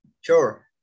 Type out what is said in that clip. Sure